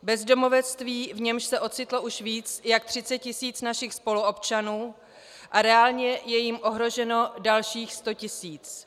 Bezdomovectví, v němž se ocitlo už víc jak 30 tisíc našich spoluobčanů, a reálně jich je ohroženo dalších 100 tisíc.